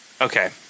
okay